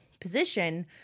position